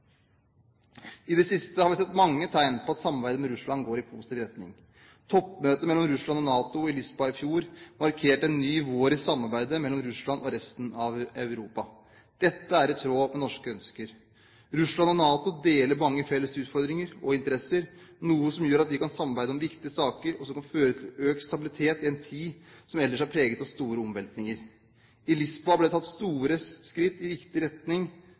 I det siste har vi sett mange tegn på at samarbeidet med Russland går i positiv retning. Toppmøtet mellom Russland og NATO i Lisboa i fjor markerte en ny vår i samarbeidet mellom Russland og resten av Europa. Dette er i tråd med norske ønsker. Russland og NATO deler mange felles utfordringer og interesser, noe som gjør at vi kan samarbeide om viktige saker, og som kan føre til økt stabilitet i en tid som ellers er preget av store omveltninger. I Lisboa ble det tatt store skritt i riktig retning